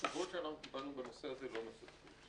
התשובות שאנחנו קיבלנו בנושא הזה לא מספקים.